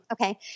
Okay